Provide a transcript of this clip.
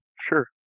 Sure